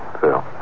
Phil